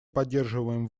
поддерживаем